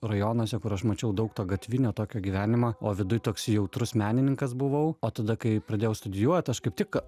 rajonuose kur aš mačiau daug to gatvinio tokio gyvenimo o viduj toks jautrus menininkas buvau o tada kai pradėjau studijuot aš kaip tik